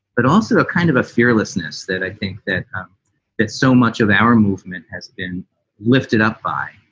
but also kind of a fearlessness that i think that that's so much of our movement has been lifted up by.